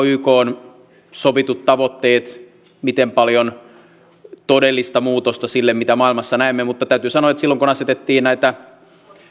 ykn sovitut tavoitteet asettavat todellista muutosta siihen mitä maailmassa näemme mutta täytyy sanoa että silloin kun asetettiin näitä